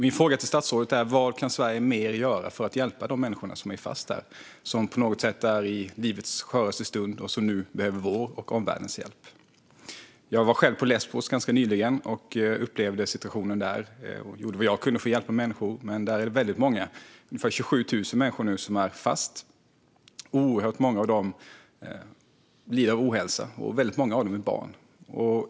Min fråga till statsrådet är: Vad mer kan Sverige göra för att hjälpa de människor som är fast där? Dessa människor är på något sätt i livets sköraste stund och behöver vår och omvärldens hjälp. Jag var själv på Lesbos ganska nyligen och upplevde situationen där. Jag gjorde vad jag kunde för att hjälpa människor. Det är väldigt många, ungefär 27 000 människor, som är fast där. Oerhört många av dem lider av ohälsa, och många av dem är barn.